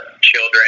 children